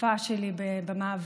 השותפה שלי במאבק,